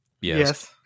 Yes